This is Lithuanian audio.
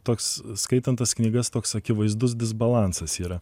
toks skaitant tas knygas toks akivaizdus disbalansas yra